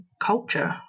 culture